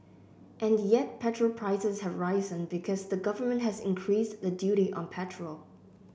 and yet petrol prices have risen because the Government has increased the duty on petrol